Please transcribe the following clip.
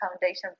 Foundation